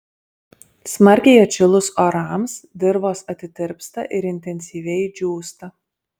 smarkiai atšilus orams dirvos atitirpsta ir intensyviai džiūsta